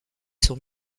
sont